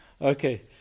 okay